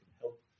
help